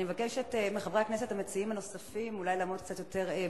אני מבקשת מחברי הכנסת המציעים הנוספים אולי לעמוד קצת יותר בזמנים,